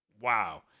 Wow